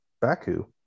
baku